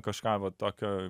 kažką va tokio